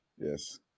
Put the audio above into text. Yes